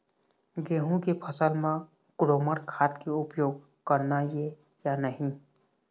गेहूं के फसल म ग्रोमर खाद के उपयोग करना ये या नहीं?